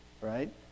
Right